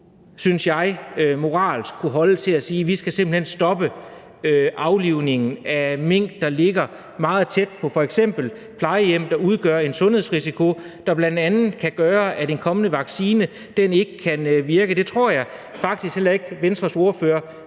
synes jeg, moralsk holde til at sige, at vi simpelt hen skal stoppe aflivningen af mink meget tæt på f.eks. plejehjem, der udgør en sundhedsrisiko, der bl.a. kan gøre, at en kommende vaccine ikke kan virke. Det tror jeg faktisk heller ikke Venstres ordfører